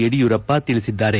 ಯಡಿಯೂರಪ್ಪ ತಿಳಿಸಿದ್ದಾರೆ